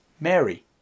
Mary